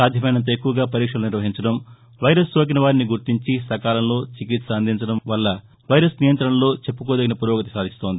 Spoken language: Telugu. సాధ్యమైనంత ఎక్కువగా పరీక్షలు నిర్వహించటం వైరస్ సోకిన వారిని గుర్తించి సకాలంలో చికిత్స అందించడం వల్ల వైరస్ నియం్రణలో చెప్పుకోదగిన పురోగతి సాధిస్తోంది